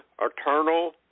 Eternal